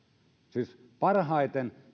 siis parhaiten